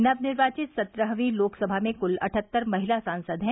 नवनिर्वाचित सत्रहवीं लोकसभा में कुल अठहत्तर महिला सांसद हैं